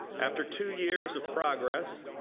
after two years of progress,